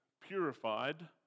purified